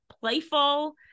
playful